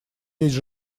есть